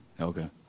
Okay